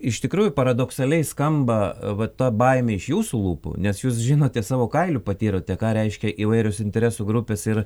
iš tikrųjų paradoksaliai skamba va ta baimė iš jūsų lūpų nes jūs žinote savo kailiu patyrėte ką reiškia įvairios interesų grupės ir